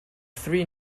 three